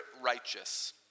righteous